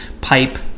pipe